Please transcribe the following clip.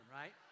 right